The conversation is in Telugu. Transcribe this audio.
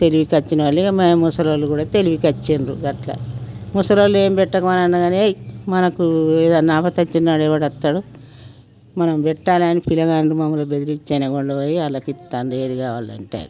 తెలివి కొచ్చినోళ్ళే ఇగ మా ముసలోళ్ళు కూడా తెలివికొచ్చిండ్రు గట్ల ముసలోళ్ళు ఏమి పెట్టకుండా కాని ఏయ్ మనకు ఏదన్నా అవ్వ తెచ్చినాడు ఎవడు అత్తాడు మనం పెట్టాలి అని పిల్లగాళ్ళు మమ్మల్ని బెదిరించి అయినా గుండా పోయి ఆలకిత్తాండు ఏది కావాలంటే అది